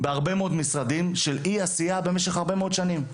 בהרבה מאוד משרדים של אי עשייה במשך הרבה מאוד שנים.